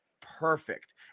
perfect